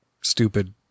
stupid